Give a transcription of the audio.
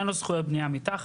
אין לו זכויות מתחת.